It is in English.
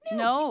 no